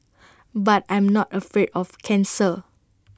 but I'm not afraid of cancer